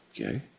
Okay